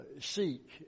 seek